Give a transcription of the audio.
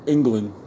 England